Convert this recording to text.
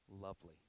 lovely